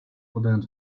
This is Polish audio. podając